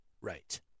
right